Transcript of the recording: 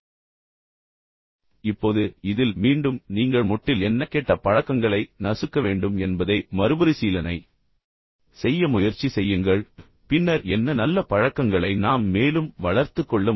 கடந்த சொற்பொழிவில் உங்கள் நல்ல கெட்ட பழக்கங்களை அடையாளம் காணும்படி கேட்டேன் இப்போது இதில் மீண்டும் நீங்கள் மொட்டில் என்ன கெட்ட பழக்கங்களை நசுக்க வேண்டும் என்பதை மறுபரிசீலனை செய்ய முயற்சி செய்யுங்கள் பின்னர் என்ன நல்ல பழக்கங்களை நாம் மேலும் வளர்த்துக் கொள்ள முடியும்